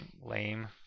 lame